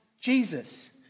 Jesus